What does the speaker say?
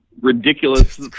Ridiculous